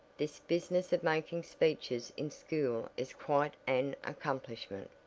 this business of making speeches in school is quite an accomplishment.